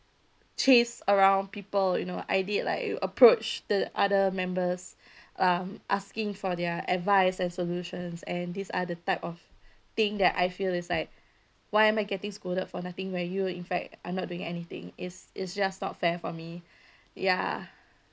chase around people you know I did like approach the other members um asking for their advice and solutions and these are the type of thing that I feel is like why am I getting scolded for nothing when you in fact are not doing anything is is just not fair for me ya